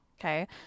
Okay